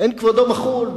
אין כבודו מחול.